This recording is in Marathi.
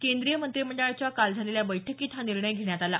केंद्रीय मंत्रिमंडळाच्या काल झालेल्या बैठकीत हा निर्णय घेण्यात आला